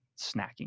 snacking